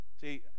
see